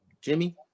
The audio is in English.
Jimmy